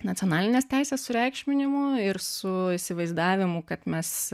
nacionalinės teisės sureikšminimu ir su įsivaizdavimu kad mes